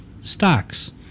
stocks